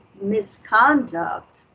misconduct